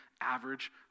average